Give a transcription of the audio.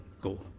go